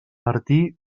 martí